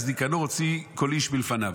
אז ניקנור הוציא כל איש מלפניו"